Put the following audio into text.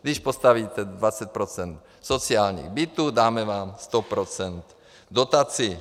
Když postavíte 20 % sociálních bytů, dáme vám 100 % dotaci.